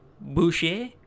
Boucher